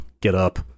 get-up